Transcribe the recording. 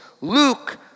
Luke